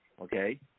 okay